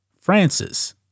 Francis